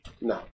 No